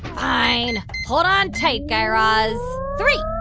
fine. hold on tight, guy raz. three,